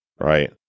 Right